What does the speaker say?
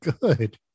good